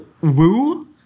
woo